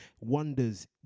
wonders